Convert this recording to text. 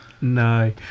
No